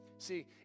See